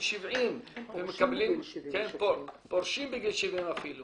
70. יש כאלה שפורשים בגיל 70. פורשים בגיל 70 אפילו